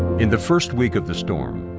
in the first week of the storm,